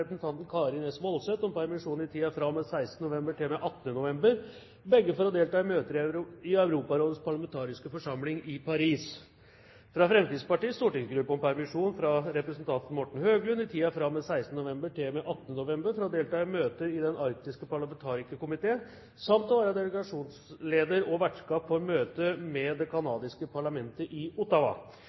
representanten Karin S. Woldseth om permisjon i tiden fra og med 16. november til og med 18. november – begge for å delta i møter i Europarådets parlamentariske forsamling i Paris fra Fremskrittspartiets stortingsgruppe om permisjon for representanten Morten Høglund i tiden fra og med 16. november til og med 18. november for å delta i møter i Den arktiske parlamentarikerkomiteen samt å være delegasjonsleder og vertskap for møte med det canadiske parlamentet i Ottawa